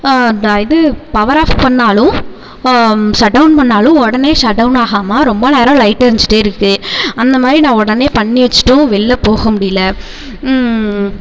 த இது power off பண்ணாலும் shutdown பண்ணாலும் உடனே ஷட்டௌன் ஆகாமல் ரொம்ப நேரம் லைட் எரிஞ்சிகிட்டே இருக்குது அந்தமாதிரி நான் உடனே பண்ணி வச்சுட்டும் வெளில போக முடியல